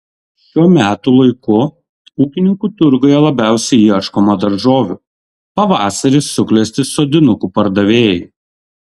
šiuo metų laiku ūkininkų turguje labiausiai ieškoma daržovių pavasarį suklesti sodinukų pardavėjai